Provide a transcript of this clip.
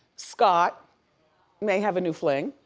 scott may have a new fling.